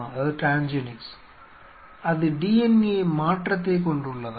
அது DNA மாற்றத்தை கொண்டுள்ளதா